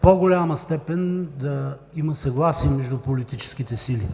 по-голяма степен да има съгласие между политическите сили.